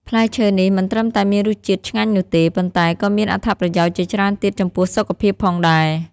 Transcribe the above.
ផ្លែឈើនេះមិនត្រឹមតែមានរសជាតិឆ្ងាញ់នោះទេ ប៉ុន្តែក៏មានអត្ថប្រយោជន៍ជាច្រើនទៀតចំពោះសុខភាពផងដែរ។